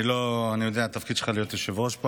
אני יודע שהתפקיד שלך הוא להיות יושב-ראש פה.